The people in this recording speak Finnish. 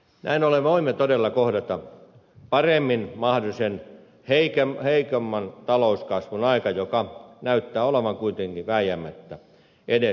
näin ollen voimme todella kohdata paremmin mahdollisen heikomman talouskasvun ajan joka näyttää olevan kuitenkin vääjäämättä edessä